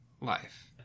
life